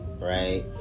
right